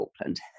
Auckland